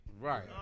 Right